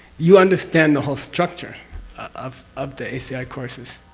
you understand the whole structure of, of the aci courses.